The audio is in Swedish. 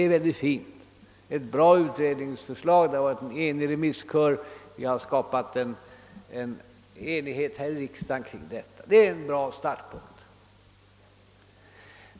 Utredningens förslag är bra, remisskören har varit samstämmig, vi har skapat enighet i riksdagen kring förslaget. Det är en bra start.